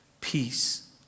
peace